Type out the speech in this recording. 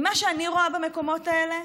ממה שאני רואה במקומות האלה,